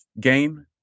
game